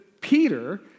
Peter